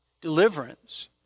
deliverance